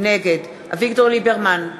נגד אביגדור ליברמן,